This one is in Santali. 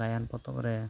ᱜᱟᱭᱟᱱ ᱯᱚᱛᱚᱵᱽᱨᱮ